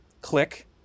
Click